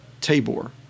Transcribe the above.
Tabor